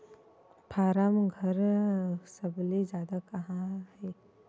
form घर सबले जादा कहां हे